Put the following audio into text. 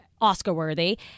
Oscar-worthy